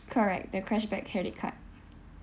correct the cashback credit card